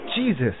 Jesus